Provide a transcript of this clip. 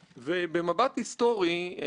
של בית הנבחרים הייתה ועדת חקירה היסטורית.